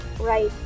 right